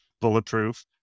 bulletproof